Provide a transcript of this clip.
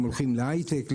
הם הולכים להייטק,